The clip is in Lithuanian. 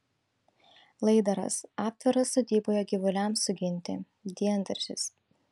laidaras aptvaras sodyboje gyvuliams suginti diendaržis